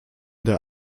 der